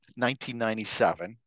1997